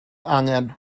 angen